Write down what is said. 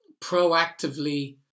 proactively